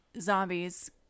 zombies